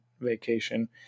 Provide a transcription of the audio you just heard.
vacation